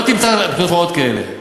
לא תמצא תופעות כאלה.